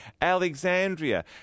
Alexandria